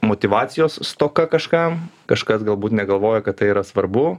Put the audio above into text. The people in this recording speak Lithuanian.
motyvacijos stoka kažkam kažkas galbūt negalvoja kad tai yra svarbu